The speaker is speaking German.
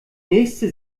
nächste